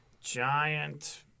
giant